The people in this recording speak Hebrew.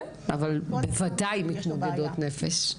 כן, אבל בוודאי מתמודדות נפש.